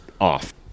off